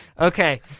Okay